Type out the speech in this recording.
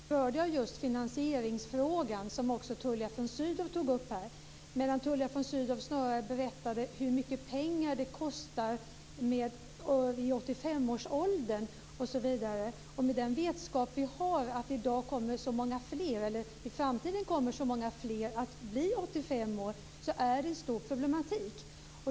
Herr talman! I mitt anförande berörde jag just finansieringsfrågan, som också Tullia von Sydow tog upp här, medan Tullia von Sydow berättade snarare hur mycket pengar det kostar vid 85-årsåldern osv. Med vetskapen som vi har i dag, att det i framtiden kommer att bli så många fler som blir 85 år, är det en stor problematik.